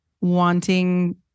wanting